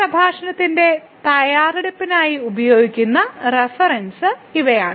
ഈ പ്രഭാഷണത്തിന്റെ തയ്യാറെടുപ്പിനായി ഉപയോഗിക്കുന്ന റഫറൻസ് ഇവയാണ്